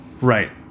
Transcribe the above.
Right